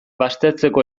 baztertzeko